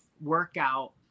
workout